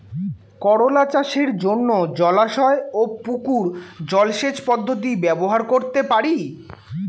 করোলা চাষের জন্য জলাশয় ও পুকুর জলসেচ পদ্ধতি ব্যবহার করতে পারি?